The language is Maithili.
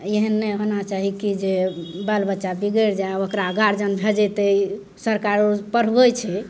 एहन नहि होना चाही की जे बाल बच्चा बिगड़ि जाइ ओकरा गार्जियन भेजतय सरकार पढ़बय छै